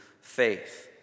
faith